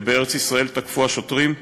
שבארץ-ישראל תקפו השוטרים באגרוף,